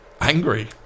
Angry